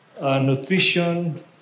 nutrition